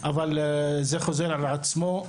אבל זה חוזר על עצמו.